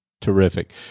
Terrific